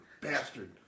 Bastard